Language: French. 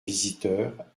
visiteur